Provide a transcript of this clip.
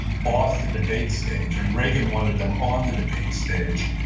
off the debate stage. and reagan wanted them on the debate stage.